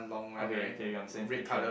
okay okay we are on the same page then